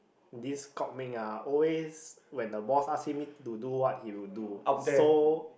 this Kok-Ming ah always when the boss ask him to do what he will do so